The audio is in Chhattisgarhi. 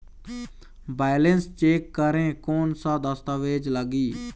बैलेंस चेक करें कोन सा दस्तावेज लगी?